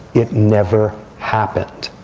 it never happened.